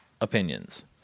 opinions